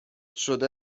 شده